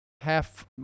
half